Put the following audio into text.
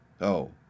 Oh